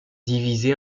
divisé